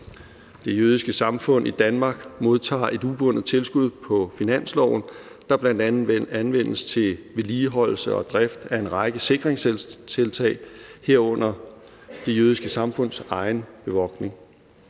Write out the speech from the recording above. Det Jødiske Samfund i Danmark modtager et ubundet tilskud på finansloven, der bl.a. anvendes til vedligeholdelse og drift af en række sikringstiltag, herunder Det Jødiske Samfunds egen bevogtning.